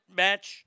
match